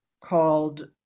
called